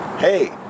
Hey